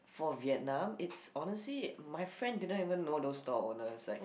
for Vietnam it's honestly my friend didn't even know those store owners like